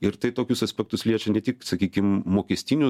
ir tai tokius aspektus liečia ne tik sakykim m mokestinius